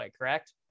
correct